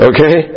Okay